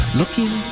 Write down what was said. looking